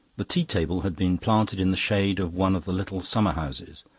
the tea-table had been planted in the shade of one of the little summer-houses,